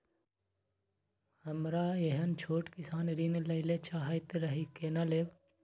हमरा एहन छोट किसान ऋण लैले चाहैत रहि केना लेब?